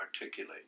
articulate